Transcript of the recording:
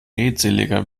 redseliger